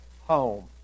home